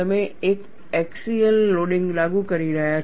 તમે એક axial loading લાગુ કરી રહ્યાં છો